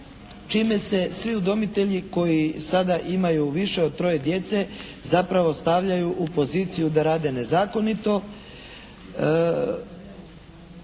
čime se svi udomitelji koji sada imaju više od troje djece zapravo stavljaju u poziciju da rade nezakonito.